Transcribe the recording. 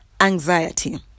anxiety